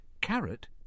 Carrot